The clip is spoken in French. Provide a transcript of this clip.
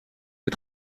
est